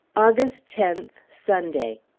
august tenth, sunday.